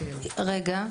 רגע.